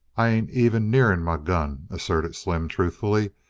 i ain't even nearin' my gun, asserted slim truthfully.